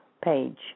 page